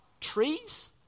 trees